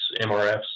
MRFs